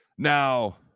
Now